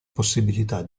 possibilità